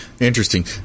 interesting